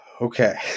Okay